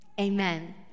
amen